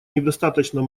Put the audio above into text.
недостаточно